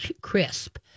crisp